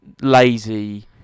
lazy